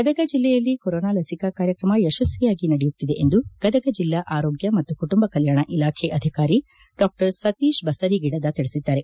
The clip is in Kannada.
ಗದಗ ಜಿಲ್ಲೆಯಲ್ಲಿ ಕೋರೋನಾ ಲಸಿಕಾ ಕಾರ್ಯಕ್ರಮ ಯಶಸ್ವಿಯಾಗಿ ನಡೆಯುತ್ತಿದೆ ಎಂದು ಗದಗ ಜಿಲ್ಲಾ ಆರೋಗ್ಯ ಮತ್ತು ಕುಟುಂಬ ಕೆಲ್ಯಾಣ ಇಲಾಖೆ ಅಧಿಕಾರಿ ಡಾ ಸತೀಶ್ ಬಸರಿ ಗಿಡದ ತಿಳಿಸಿದ್ದಾರೆ